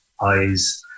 eyes